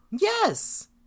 Yes